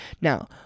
now